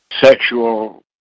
sexual